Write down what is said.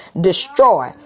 destroy